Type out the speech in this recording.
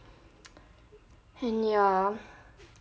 and ya